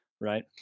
right